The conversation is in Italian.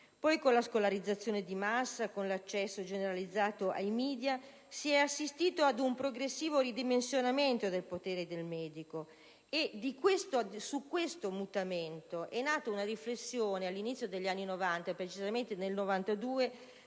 con la scolarizzazione di massa, con l'accesso generalizzato ai *media*, si è assistito ad un progressivo ridimensionamento del potere del medico e su questo mutamento è nata una riflessione, all'inizio degli anni Novanta, precisamente nel 1992,